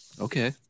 Okay